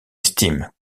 estime